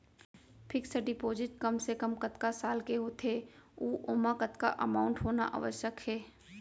Fix deposit कम से कम कतका साल के होथे ऊ ओमा कतका अमाउंट होना आवश्यक हे?